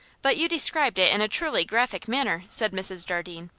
but you described it in a truly graphic manner, said mrs. jardine.